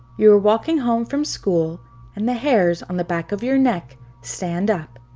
you were walking home from school and the hairs on the back of your neck stand up,